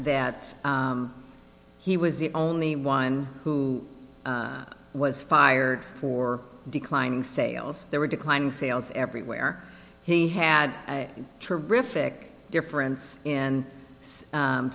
that he was the only one who was fired for declining sales there were declining sales everywhere he had a terrific difference in